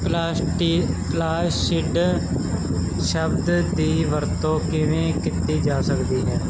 placid ਸ਼ਬਦ ਦੀ ਵਰਤੋਂ ਕਿਵੇਂ ਕੀਤੀ ਜਾ ਸਕਦੀ ਹੈ